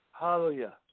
Hallelujah